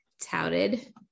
touted